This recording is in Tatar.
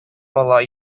бала